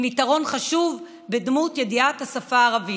עם יתרון חשוב בדמות ידיעת השפה הערבית.